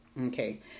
okay